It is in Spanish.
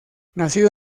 nacido